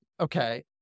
Okay